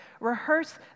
Rehearse